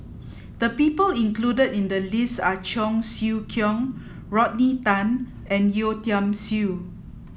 the people included in the list are Cheong Siew Keong Rodney Tan and Yeo Tiam Siew